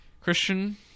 Christian